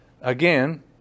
again